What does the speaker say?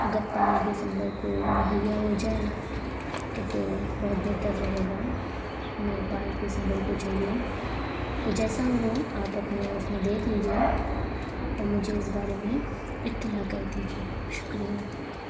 اگر پانچ دسمبر کو مہیا ہو جائیں تو پھر بہت بہتر رہے گا ہمیں پانچ دسمبر کو چاہیے تو جیسا ہو آپ اپنے اس میں دیکھ لیجیے اور مجھے اس بارے میں اطلاع کر دیجیے شکریہ